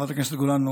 חברת הכנסת גולן,